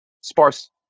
sparse